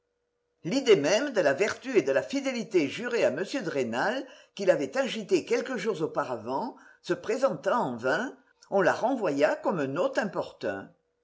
l'idée même de la vertu et de la fidélité jurée à m de rênal qui l'avait agitée quelques jours auparavant se présenta en vain on la renvoya comme un hôte importun